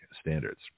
standards